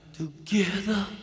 together